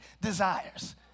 desires